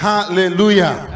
Hallelujah